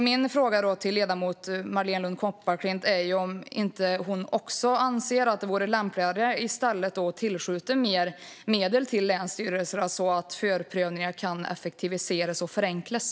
Min fråga till ledamoten Marléne Lund Kopparklint är om inte hon också anser att det vore lämpligare att tillskjuta mer medel till länsstyrelserna så att förprövningar kan effektiviseras och förenklas.